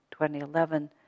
2011